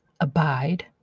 abide